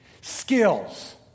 Skills